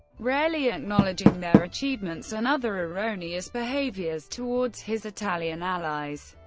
rarely acknowledging their achievements and other erroneous behaviours towards his italian allies,